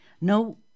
no